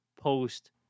post